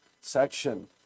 section